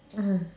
mmhmm